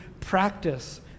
practice